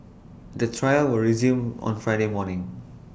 the trial will resume on Friday morning